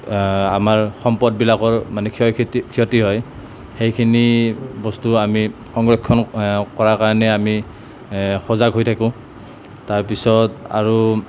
আমাৰ সম্পদবিলাকৰ মানে ক্ষয় ক্ষতি ক্ষতি হয় সেইখিনি বস্তু আমি সংৰক্ষণ কৰাৰ কাৰণে আমি সজাগ হৈ থাকোঁ তাৰপিছত আৰু